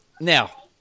Now